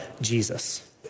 Jesus